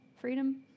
Freedom